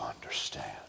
understand